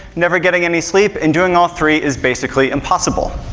never getting any sleep, and doing all three is basically impossible.